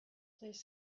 please